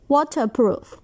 Waterproof